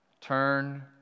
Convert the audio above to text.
Turn